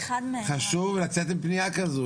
חשוב לצאת עם פניה כזאת.